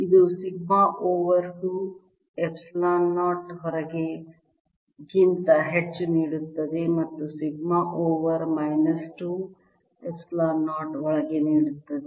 ಅದು sigma over 2 epsilon 0 ಹೊರಗೆ ಗಿಂತ ಹೆಚ್ಚು ನೀಡುತ್ತದೆ ಮತ್ತು ಸಿಗ್ಮಾ ಓವರ್ ಮೈನಸ್ 2 ಎಪ್ಸಿಲಾನ್ 0 ಒಳಗೆ ನೀಡುತ್ತದೆ